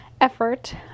effort